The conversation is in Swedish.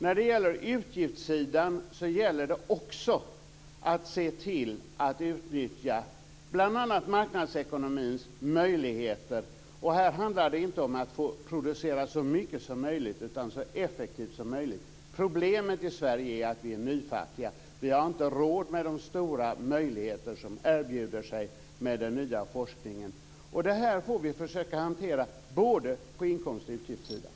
När det gäller utgiftssidan gäller det också att se till att utnyttja bl.a. marknadsekonomins möjligheter. Här handlar det inte om att producera så mycket som möjligt utan så effektivt som möjligt. Problemet i Sverige är att vi är nyfattiga. Vi har inte råd med de stora möjligheter som erbjuder sig med den nya forskningen. Detta får vi försöka att hantera på både inkomst och utgiftssidan.